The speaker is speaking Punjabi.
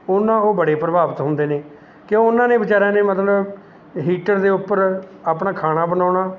ਉਨ੍ਹਾਂ ਉਹ ਬੜੇ ਪ੍ਰਭਾਵਿਤ ਹੁੰਦੇ ਨੇ ਕਿਓਂ ਉਨ੍ਹਾਂ ਨੇ ਵਿਚਾਰਿਆਂ ਨੇ ਮਤਲਬ ਹੀਟਰ ਦੇ ਉੱਪਰ ਆਪਣਾ ਖਾਣਾ ਬਣਾਉਣਾ